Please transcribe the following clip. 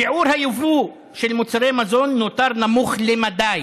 שיעור היבוא של מוצרי מזון נותר נמוך למדי,